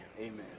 Amen